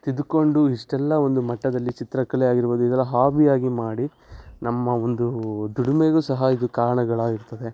ತಿದ್ದಿಕೊಂಡು ಇಷ್ಟೆಲ್ಲ ಒಂದು ಮಟ್ಟದಲ್ಲಿ ಚಿತ್ರಕಲೆ ಆಗಿರ್ಬೋದು ಇದೆಲ್ಲ ಹಾಬಿಯಾಗಿ ಮಾಡಿ ನಮ್ಮ ಒಂದು ದುಡಿಮೆಗೂ ಸಹ ಇದು ಕಾರಣಗಳಾಗಿರ್ತದೆ